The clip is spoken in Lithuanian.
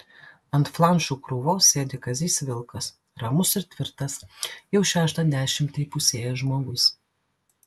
ant flanšų krūvos sėdi kazys vilkas ramus ir tvirtas jau šeštą dešimtį įpusėjęs žmogus